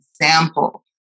example